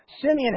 Simeon